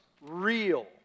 real